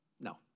No